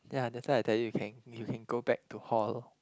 yeah that's why I tell you can you can go back to hall